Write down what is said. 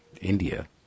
India